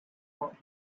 pop